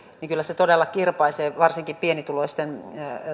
niin kyllä se todella kirpaisee varsinkin pienituloisten